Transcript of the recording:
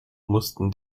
mussten